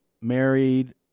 married